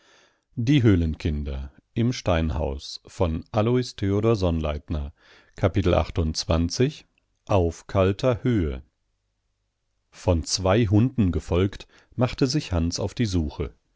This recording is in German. die klamm auf kalter höhe von zwei hunden gefolgt machte sich hans auf die suche